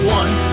one